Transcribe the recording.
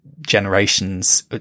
generations